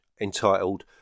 entitled